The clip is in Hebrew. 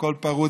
הכול פרוץ,